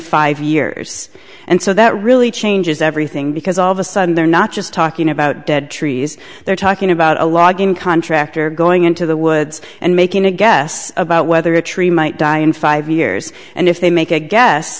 five years and so that really changes everything because all of a sudden they're not just talking about dead trees they're talking about a log in contractor going into the woods and making a guess about whether a tree might die in five years and if they make a guess